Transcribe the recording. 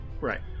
Right